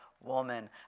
woman